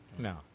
No